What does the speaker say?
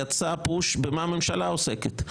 יצא פוש במה הממשלה עוסקת.